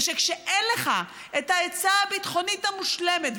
ושכשאין לך את העצה הביטחונית המושלמת,